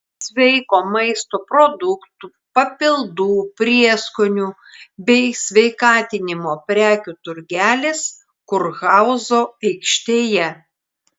sveiko maisto produktų papildų prieskonių bei sveikatinimo prekių turgelis kurhauzo aikštėje